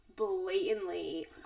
blatantly